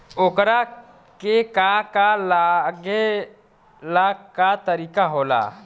ओकरा के का का लागे ला का तरीका होला?